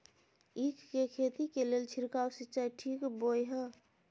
ईख के खेती के लेल छिरकाव सिंचाई ठीक बोय ह?